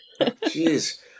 Jeez